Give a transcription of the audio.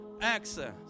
access